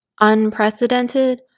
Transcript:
Unprecedented